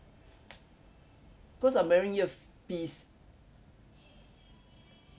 cause I'm wearing earpiece